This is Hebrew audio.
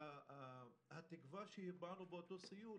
התקווה שהבענו באותו סיור,